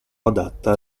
adatta